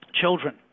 children